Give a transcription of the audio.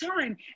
time